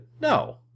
no